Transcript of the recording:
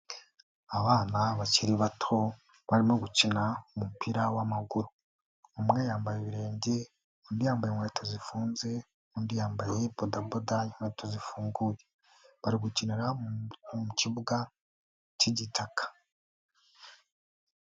Abana bakiri bato barimo gukina umupira w'amaguru, umwe yambaye ibirenge undi yambaye inkweto zifunze undi yambaye bodaboda inkweto zifunguye bari gukinira mu kibuga k'igitaka.